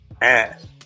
ass